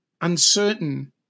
uncertain